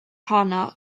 honno